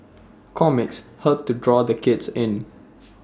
comics help to draw the kids in